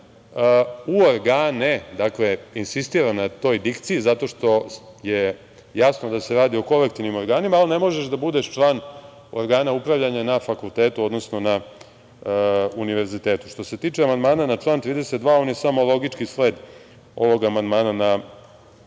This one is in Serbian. u organe, insistiram na toj dikciji zato što je jasno da se radi o kolektivnim organima, ali ne možeš da budeš član organa upravljanja na fakultetu, odnosno na univerzitetu. Što se tiče amandmana na član 32. on je samo logični sled ovog amandmana na